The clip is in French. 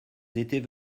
étaient